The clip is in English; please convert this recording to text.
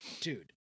Dude